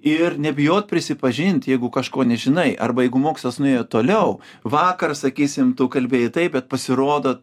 ir nebijot prisipažint jeigu kažko nežinai arba jeigu mokslas nuėjo toliau vakar sakysim tu kalbėjai taip bet pasirodo